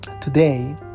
today